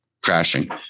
crashing